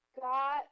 got